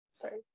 Sorry